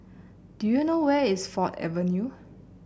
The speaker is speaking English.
do you know where is Ford Avenue